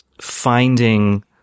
finding